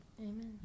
Amen